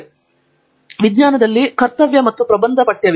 ಆದ್ದರಿಂದ ವಿಜ್ಞಾನದಲ್ಲಿ ಕರ್ತವ್ಯ ಮತ್ತು ಪ್ರಬಂಧ ಪಠ್ಯವಿದೆ